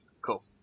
cool